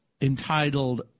entitled